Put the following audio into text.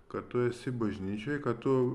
kad tu esi bažnyčioj kad tu